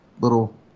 little